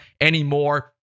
anymore